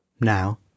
Now